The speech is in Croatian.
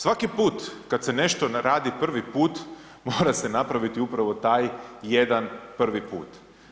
Svaki put kad se ne što ne radi prvi put, mora se napraviti upravo taj jedan prvi put.